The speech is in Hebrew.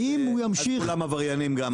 אז כולם עבריינים.